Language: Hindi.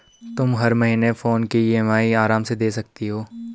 तुम हर महीने फोन की ई.एम.आई आराम से दे सकती हो